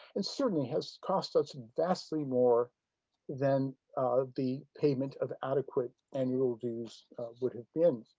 and certainly has cost us vastly more than the payment of adequate annual dues would have been.